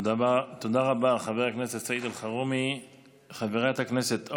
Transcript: תודה רבה, חבר הכנסת סעיד אלחרומי.